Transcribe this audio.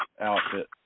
outfit